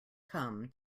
come